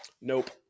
Nope